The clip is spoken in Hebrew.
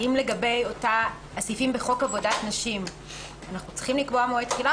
האם לגבי הסעיפים בחוק עבודת נשים אנחנו צריכים לקבוע מועד תחילה,